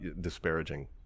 disparaging